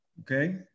Okay